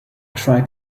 try